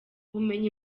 ubumenyi